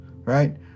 right